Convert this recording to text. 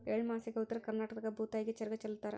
ಎಳ್ಳಮಾಸ್ಯಾಗ ಉತ್ತರ ಕರ್ನಾಟಕದಾಗ ಭೂತಾಯಿಗೆ ಚರಗ ಚೆಲ್ಲುತಾರ